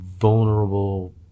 vulnerable